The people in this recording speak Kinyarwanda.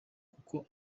kuko